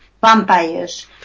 vampires